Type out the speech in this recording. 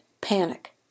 panic